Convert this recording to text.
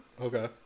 Okay